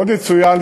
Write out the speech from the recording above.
עוד יצוין,